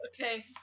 Okay